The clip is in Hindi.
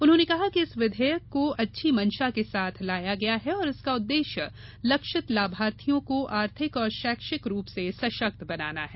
उन्होंने कहा कि इस विधेयक को अच्छी मंशा के साथ लाया गया है और इसका उद्देश्य लक्षित लाभार्थियों को आर्थिक और शैक्षिक रूप से सशक्त बनाना है